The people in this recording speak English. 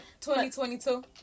2022